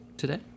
today